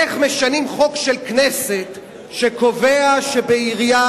איך משנים חוק של הכנסת שקובע שבעירייה